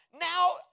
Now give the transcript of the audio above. now